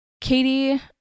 Katie